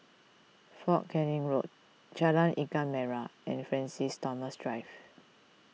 Fort Canning Road Jalan Ikan Merah and Francis Thomas Drive